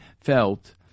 felt